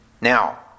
Now